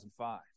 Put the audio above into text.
2005